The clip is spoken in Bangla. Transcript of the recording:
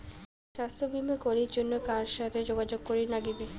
স্বাস্থ্য বিমা করির জন্যে কার সাথে যোগাযোগ করির নাগিবে?